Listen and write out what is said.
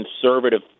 conservative